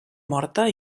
morta